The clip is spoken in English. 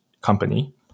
company